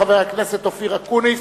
חבר הכנסת אופיר אקוניס,